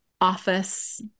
office